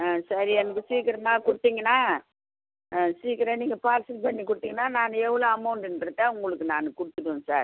ஆ சரி எனக்கு சீக்கிரமாக கொடுத்தீங்கன்னா சீக்கிரம் நீங்கள் பார்சல் பண்ணி கொடுத்தீங்கன்னா நான் எவ்வளோ அமௌண்ட்டுன்றதை உங்களுக்கு நான் கொடுத்துடுவேன் சார்